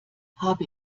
habe